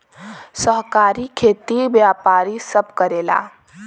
सहकारी खेती व्यापारी सब करेला